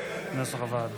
הסתייגות 4 לחלופין ח לא